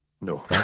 No